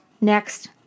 next